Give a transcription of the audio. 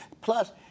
Plus